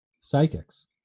psychics